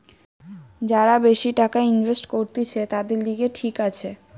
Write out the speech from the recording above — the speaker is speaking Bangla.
যারা বেশি টাকা ইনভেস্ট করতিছে, তাদের লিগে ঠিক আছে